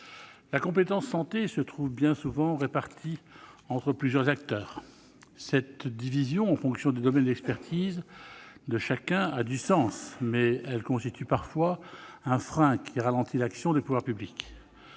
La compétence santé se trouve bien souvent répartie entre plusieurs acteurs. Cette division en fonction des domaines d'expertise de chacun a du sens, mais elle constitue parfois un frein qui ralentit l'action des pouvoirs publics.